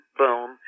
boom